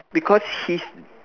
because he's